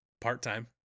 Part-time